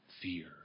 fear